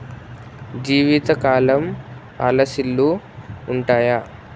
జీవితకాలం పాలసీలు ఉంటయా?